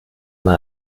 mal